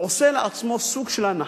עושה לעצמו סוג של הנחה.